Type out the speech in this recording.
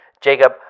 Jacob